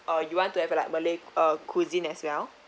uh you want to have like malay uh cuisine as well